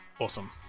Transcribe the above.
Awesome